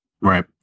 right